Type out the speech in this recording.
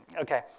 Okay